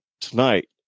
tonight